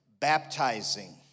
baptizing